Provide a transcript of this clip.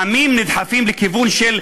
העמים נדחפים לכיוון של ייאוש.